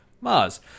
Mars